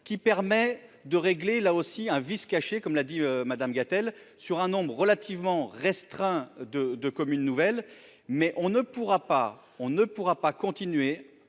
qui permet de régler là aussi un vice caché, comme l'a dit Madame Gatel, sur un nombre relativement restreint de de communes nouvelles, mais on ne pourra pas, on ne